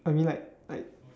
I mean like like